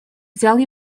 взял